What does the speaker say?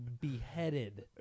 beheaded